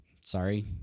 sorry